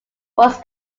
was